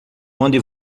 onde